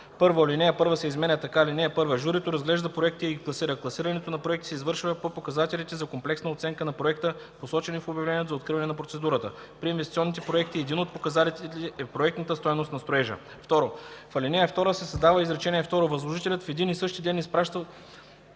1. Алинея 1 се изменя така: „(1) Журито разглежда проектите и ги класира. Класирането на проектите се извършва по показателите за комплексна оценка на проекта, посочени в обявлението за откриване на процедурата. При инвестиционните проекти един от показателите е проектна стойност на строежа.” 2. В ал. 2 се създава изречение второ: „Възложителят в един и същи ден изпраща